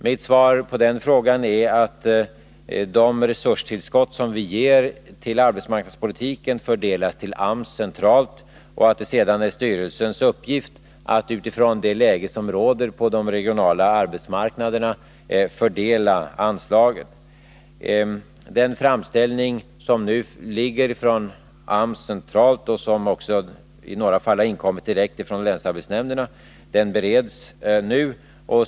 Mitt svar på den frågan är att de resurstillskott som vi ger till arbetsmarknadspolitiken fördelas till AMS centralt och att det sedan är styrelsens uppgift att utifrån det läge som råder på de regionala arbetsmarknaderna fördela anslagen. Den framställning som nu föreligger från AMS centralt och de framställningar som i några fall också har inkommit direkt från länsarbetsnämnderna bereds f. n.